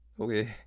okay